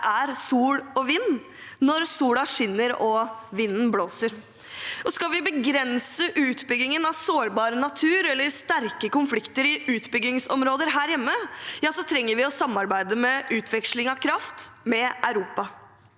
det er sol og vind, når solen skinner og vinden blåser. Skal vi begrense utbyggingen av sårbar natur og begrense store konflikter i utbyggingsområder her hjemme, trenger vi å samarbeide om utveksling av kraft med Europa.